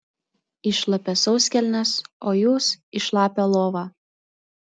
į šlapias sauskelnes o jūs į šlapią lovą